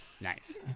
Nice